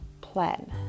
plan